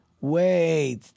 Wait